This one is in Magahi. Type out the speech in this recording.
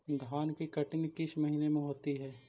धान की कटनी किस महीने में होती है?